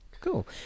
Cool